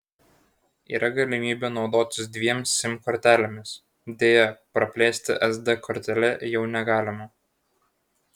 yra galimybė naudotis dviem sim kortelėmis deja praplėsti sd kortele jau negalima